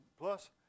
Plus